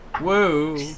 Woo